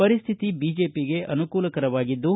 ಪರಿಸ್ತಿತಿ ಬಿಜೆಪಿಗೆ ಅನುಕೂಲಕರವಾಗಿದ್ದು